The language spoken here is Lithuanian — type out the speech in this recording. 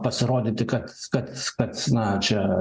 pasirodyti kad kad kad na čia